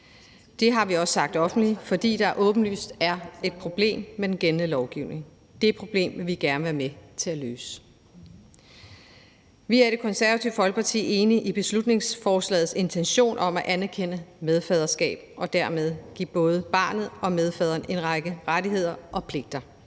Det har vi også sagt offentligt, for der er åbenlyst et problem med den gældende lovgivning. Det problem vil vi gerne være med til at løse. Vi er i Det Konservative Folkeparti enige i beslutningsforslagets intention om at anerkende medfaderskab og dermed give både barnet og medfaderen en række rettigheder og pligter.